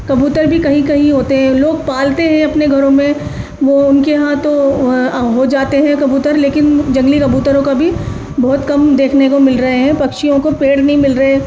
کبوتر بھی کہیں کہیں ہوتے ہیں لوگ پالتے ہیں اپنے گھروں میں وہ ان کے یہاں تو ہو جاتے ہیں کبوتر لیکن جنگلی کبوتروں کا بھی بہت کم دیکھنے کو مل رہے ہیں پکشیوں کو پیڑ نہیں مل رہے